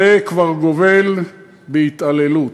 זה כבר גובל בהתעללות.